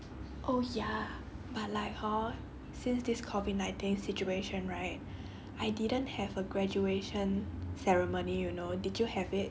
oh ya but like hor since this COVID nineteen situation right I didn't have a graduation ceremony you know did you have it